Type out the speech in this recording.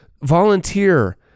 Volunteer